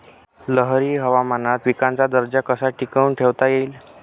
लहरी हवामानात पिकाचा दर्जा कसा टिकवून ठेवता येईल?